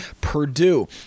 Purdue